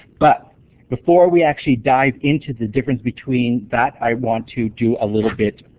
but before we actually dive into the difference between that i want to do a little bit